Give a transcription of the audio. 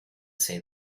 say